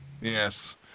Yes